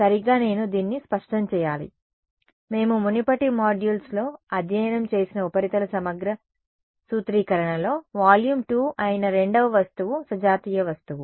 సరిగ్గా నేను దీన్ని స్పష్టం చేయాలి మేము మునుపటి మాడ్యూల్స్లో అధ్యయనం చేసిన ఉపరితల సమగ్ర సూత్రీకరణలో వాల్యూమ్ 2 అయిన రెండవ వస్తువు సజాతీయ వస్తువు